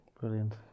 Brilliant